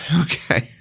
Okay